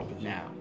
now